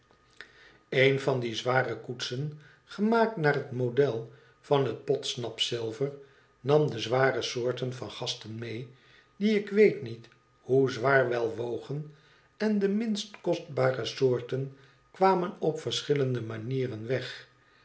een van die zware koetsen gemaakt naar het model van hetpodsnap zilver nam de zware soorten van gasten mee die ik weet niet hoe zwaar wel wogen en de minst kostbare soorten kwamen op verschillende manieren weg